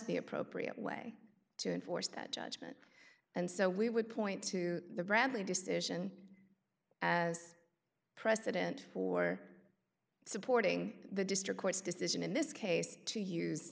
the appropriate way to enforce that judgment and so we would point to the bradley decision as precedent for supporting the district court's decision in this case to use